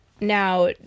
now